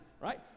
right